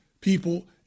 people